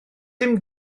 dim